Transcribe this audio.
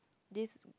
this